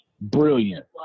Brilliant